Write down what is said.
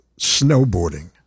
snowboarding